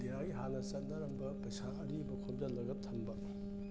ꯏꯟꯗꯤꯌꯥꯒꯤ ꯍꯥꯟꯅ ꯆꯠꯅꯔꯝꯕ ꯄꯩꯁꯥ ꯑꯔꯤꯕ ꯈꯣꯝꯖꯤꯜꯂꯒ ꯊꯝꯕ